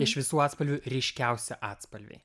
iš visų atspalvių ryškiausi atspalviai